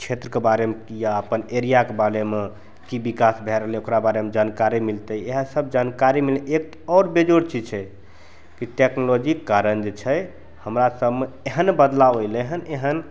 क्षेत्रके बारेमे या अपन एरियाके बारेमे कि विकास भै रहलै हँ ओकरा बारेमे जानकारी मिलतै इएहसब जानकारी मने एक आओर बेजोड़ चीज छै कि टेक्नोलॉजीके कारण जे छै हमरासभमे एहन बदलाव अएलै हँ एहन